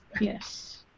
Yes